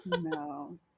No